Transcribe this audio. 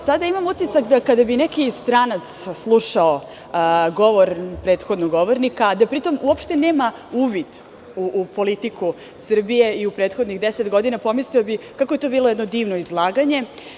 Sada imam utisak da kada bi neki stranac slušao govor prethodnog govornika, a da pri tom uopšte nema uvid u politiku Srbije u prethodnih deset godina, pomislio kako je to bilo jedno divno izlaganje.